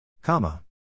Comma